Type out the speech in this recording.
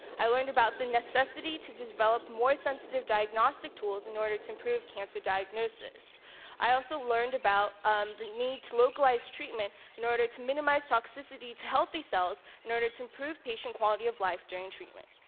i learned about the necessity to develop more sensitive diagnostic tools in order to improve cancer diagnosis i also learned about um the need to localize treatment in order to minimize toxicity to healthy cells in order to improve patient quality of life during treatment.